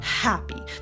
happy